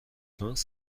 vingts